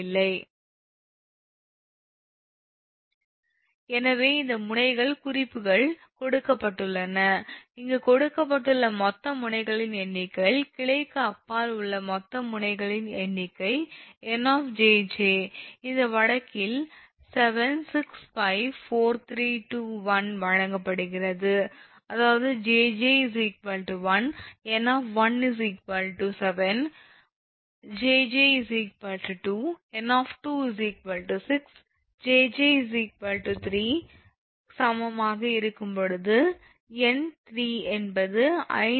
Branch number jj Nodes beyond branch jj Total number of nodes 𝑁𝑗𝑗 beyond branch jj 1 2345678 N 7 2 345678 N 6 3 45678 N 5 4 5678 N 4 5 678 N 3 6 78 N 2 7 8 N 1 எனவே இந்த முனைகள் குறிப்புகள் கொடுக்கப்பட்டுள்ளன இங்கு கொடுக்கப்பட்டுள்ள மொத்த முனைகளின் எண்ணிக்கை கிளைக்கு அப்பால் உள்ள மொத்த முனைகளின் எண்ணிக்கை 𝑁 𝑗𝑗 இந்த வழக்கில் 7654321 வழங்கப்படுகிறது அதாவது 𝑗𝑗 1 𝑁 7 𝑗𝑗 2 𝑁 6 jj 3 க்கு சமமாக இருக்கும்போது N 3 என்பது 5